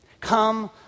Come